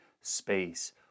space